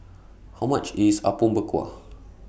How much IS Apom Berkuah